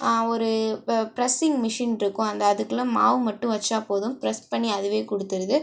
ஒரு இப்போ pressing machine இருக்கும் அந்த அதுக்குள்ள மாவு மட்டும் வச்சால் போதும் ப்ரெஸ் பண்ணி அதுவே கொடுத்துருது